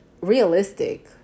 realistic